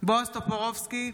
בועז טופורובסקי,